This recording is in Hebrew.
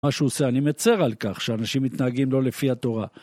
מה שהוא עושה, אני מיצר על כך שאנשים מתנהגים לא לפי התורה.